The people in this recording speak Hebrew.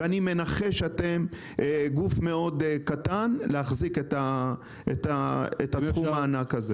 אני מנחש שאתם גוף שהוא מאוד קטן כדי להחזיק את התחום הענק הזה.